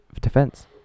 defense